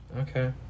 Okay